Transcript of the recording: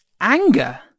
anger